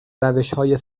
روشهای